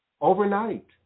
overnight